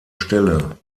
stelle